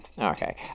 Okay